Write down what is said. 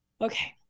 Okay